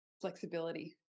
flexibility